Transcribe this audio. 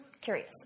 curious